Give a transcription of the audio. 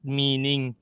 meaning